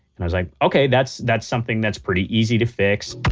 i was like, okay. that's that's something that's pretty easy to fix.